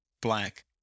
black